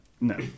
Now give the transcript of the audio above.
No